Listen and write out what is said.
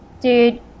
Dude